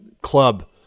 club